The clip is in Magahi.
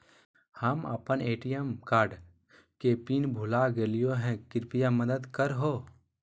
हम अप्पन ए.टी.एम कार्ड के पिन भुला गेलिओ हे कृपया मदद कर हो